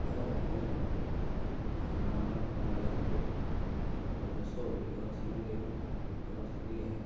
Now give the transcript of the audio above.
পালকসকল হাঁহ বা কুকুৰাৰ ক্ষেত্ৰত যথেষ্ট অভিজ্ঞতা থাকিব লাগিব অভিজ্ঞতা থাকিলেহে